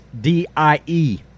D-I-E